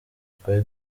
twari